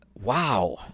Wow